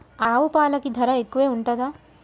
ఆవు పాలకి ధర ఎక్కువే ఉంటదా?